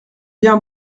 bien